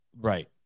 right